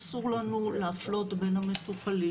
אסור לנו להפלות בין המטופלים.